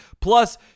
Plus